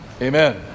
Amen